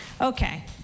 Okay